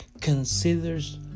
considers